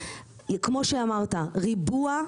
כמו שאמרת ריבוע,